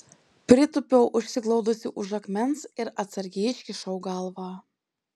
pritūpiau užsiglaudusi už akmens ir atsargiai iškišau galvą